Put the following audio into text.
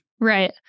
Right